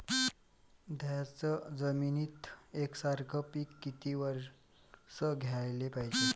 थ्याच जमिनीत यकसारखे पिकं किती वरसं घ्याले पायजे?